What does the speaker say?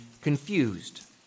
confused